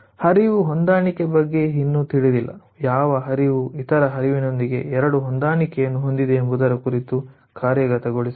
ಹರಿವು ಹೊಂದಾಣಿಕೆ ಬಗ್ಗೆ ಇನ್ನೂ ತಿಳಿದಿಲ್ಲ ಯಾವ ಹರಿವು ಇತರ ಹರಿವುನೊಂದಿಗೆ 2 ಹೊಂದಾಣಿಕೆಯನ್ನು ಹೊಂದಿದೆ ಎಂಬುದರ ಕುರಿತು ಕಾರ್ಯಗತಗೊಳಿಸಿಲ್ಲ